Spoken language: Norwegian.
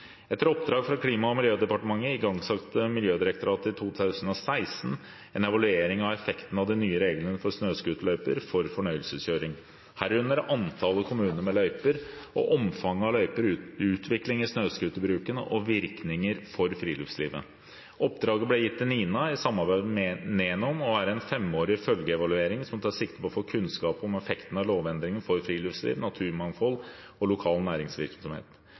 Etter oppdrag fra Klima- og miljødepartementet igangsatte Miljødirektoratet i 2016 en evaluering av effekten av de nye reglene for snøscooterløyper for fornøyelseskjøring, herunder antallet kommuner med løyper, omfanget av løyper, utvikling i snøscooterbruken og virkninger for friluftslivet. Oppdraget ble gitt til NINA, i samarbeid med Menon, og er en 5-årig følgeevaluering som tar sikte på å få kunnskap om effekten av lovendringen for friluftsliv, naturmangfold og lokal næringsvirksomhet.